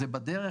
זה בדרך.